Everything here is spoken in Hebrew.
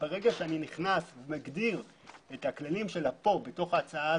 ברגע שאני מגדיר את הכללים שלה בתוך ההצעה,